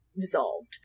dissolved